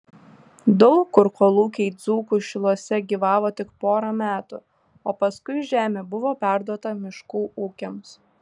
daug kur kolūkiai dzūkų šiluose gyvavo tik porą metų o paskui žemė buvo perduota miškų ūkiams